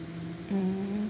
hmm